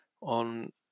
on